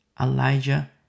Elijah